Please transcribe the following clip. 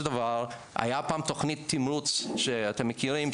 דבר היה פעם תוכנית תמרוץ שאתם מכירים,